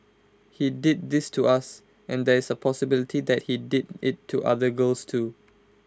he did this to us and there is A possibility that he did IT to other girls too